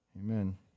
Amen